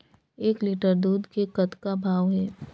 एक लिटर दूध के कतका भाव हे?